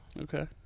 Okay